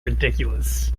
ridiculous